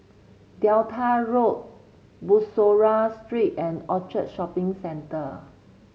Delta Road Bussorah Street and Orchard Shopping Centre